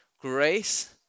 grace